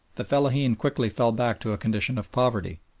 the fellaheen quickly fell back to a condition of poverty.